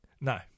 No